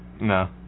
No